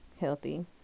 healthy